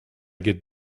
get